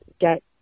get